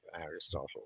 Aristotle